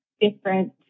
different